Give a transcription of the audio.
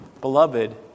beloved